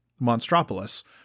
Monstropolis